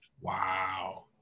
wow